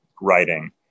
writing